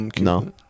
No